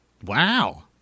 Wow